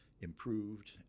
improved